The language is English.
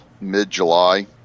mid-july